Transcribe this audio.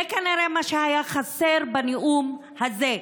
זה כנראה מה שהיה חסר בנאום הזה.